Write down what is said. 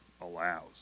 allows